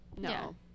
no